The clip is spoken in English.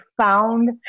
found